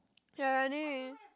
ya I need